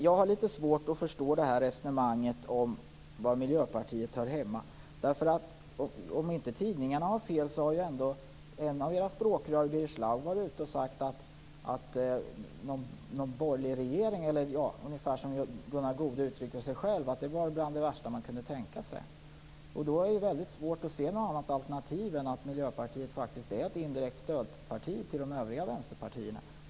Jag har litet svårt att förstå resonemanget om var Miljöpartiet hör hemma. Om tidningarna inte har fel har ert språkrör Birger Schlaug varit ute och sagt att en borgerlig regering - ungefär som Gunnar Goude själv uttryckte det - är bland det värsta man kan tänka sig. Då är det väldigt svårt att se något annat alternativ än att Miljöpartiet är ett indirekt stödparti till de övriga vänsterpartierna.